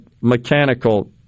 mechanical